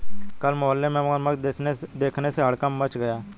कल मोहल्ले में मगरमच्छ देखने से हड़कंप मच गया